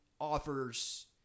offers